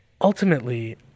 Ultimately